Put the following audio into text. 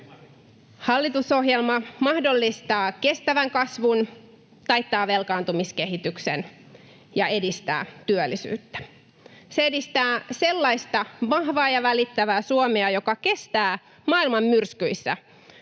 Hallitusohjelma mahdollistaa kestävän kasvun, taittaa velkaantumiskehityksen ja edistää työllisyyttä. Se edistää sellaista vahvaa ja välittävää Suomea, joka kestää maailman myrskyissä,